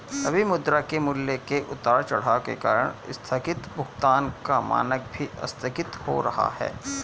अभी मुद्रा के मूल्य के उतार चढ़ाव के कारण आस्थगित भुगतान का मानक भी आस्थगित हो रहा है